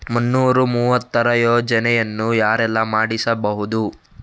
ಮುನ್ನೂರ ಮೂವತ್ತರ ಯೋಜನೆಯನ್ನು ಯಾರೆಲ್ಲ ಮಾಡಿಸಬಹುದು?